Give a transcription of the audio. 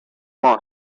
moss